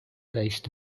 based